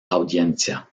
audiencia